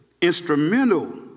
instrumental